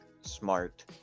smart